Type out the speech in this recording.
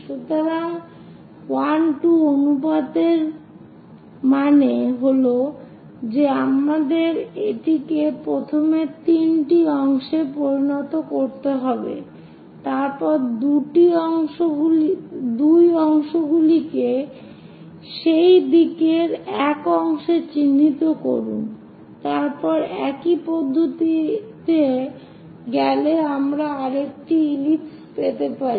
সুতরাং 1 2 অনুপাতের মানে হল যে আমাদের এটিকে প্রথমে 3 টি অংশে পরিণত করতে হবে তারপরে 2 অংশগুলিকে সেই দিকের 1 অংশে চিহ্নিত করুন তারপর একই পদ্ধতিতে গেলে আমরা আরেকটি ইলিপস পেতে পারি